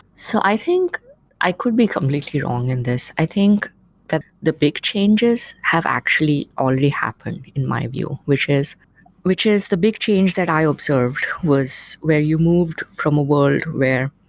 so i think i could be completely wrong in this. i think that the big changes have actually already happened in my view, which is which is the big change that i observed was where you moved from a world where